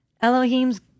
Elohim's